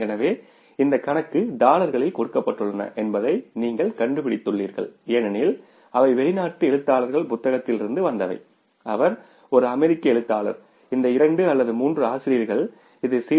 எனவே இந்த கணக்கு டாலர்களில் கொடுக்கப்பட்டுள்ளன என்பதை நீங்கள் கண்டுபிடித்துள்ளீர்கள் ஏனெனில் அவை வெளிநாட்டு எழுத்தாளர்கள் புத்தகத்திலிருந்து வந்தவை அவர் ஒரு அமெரிக்க எழுத்தாளர் இந்த இரண்டு அல்லது மூன்று ஆசிரியர்கள் இது சி